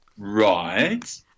right